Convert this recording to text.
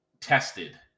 tested